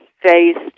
faced